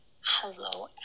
Hello